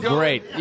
great